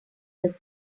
this